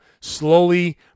slowly